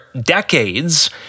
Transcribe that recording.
decades